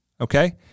okay